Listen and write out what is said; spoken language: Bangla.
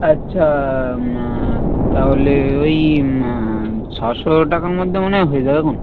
আচ্ছা তাহলে ওই ছশো টাকার মধ্যে মনে হয় হয়ে যাবেখন